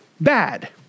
bad